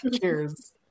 Cheers